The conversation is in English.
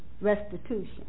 restitution